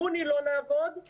בחודש יוני לא נעבוד כך